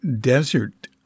desert